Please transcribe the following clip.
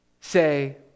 say